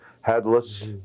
headless